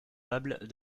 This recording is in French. capables